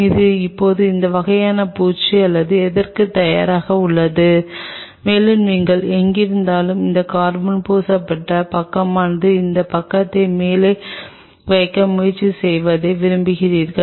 இது இப்போது எந்த வகையான பூச்சு அல்லது எதற்கும் தயாராக உள்ளது மேலும் நீங்கள் எங்கிருந்தாலும் அந்த கார்பன் பூசப்பட்ட பக்கமானது அந்த பக்கத்தை மேலே வைக்க முயற்சி செய்வதை விரும்புகிறது